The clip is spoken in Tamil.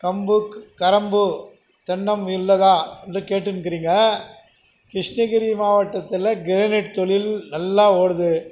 கம்பு க கரும்பு தென்னம் உள்ளதா என்று கேட்டுன்னுக்கிறீங்க கிருஷ்ணகிரி மாவட்டத்தில் கிரேனைட் தொழில் நல்லா ஓடுது